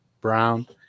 Brown